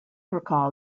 recall